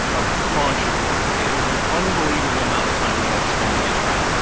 a bunch of work. it was an unbelievable amount of time we had to spend to get it right.